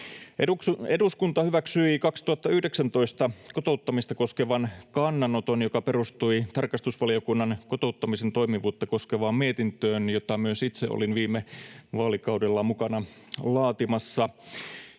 Eduskunta hyväksyi 2019 kotouttamista koskevan kannanoton, joka perustui tarkastusvaliokunnan kotouttamisen toimivuutta koskevaan mietintöön, jota myös itse olin viime vaalikaudella mukana laatimassa.